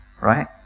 Right